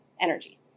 energy